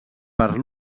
per